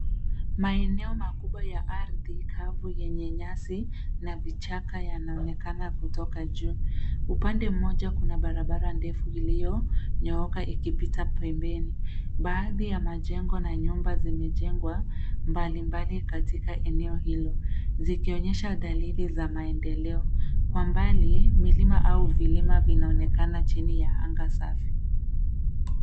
Maeneo makubwa ya ardhi yenye nyasi na vichaka yanaonekana kutoka juu. Upande mmoja kuna barabara ndefu iliyonyooka ikipita pembeni. Baadhi ya mijengo na myumba zimejengwa mbalimbali katika eneo hilo, zikionesha dalili za maendeleo. Kwa mbali milima au vilima vinaonekana chini ya anga safi.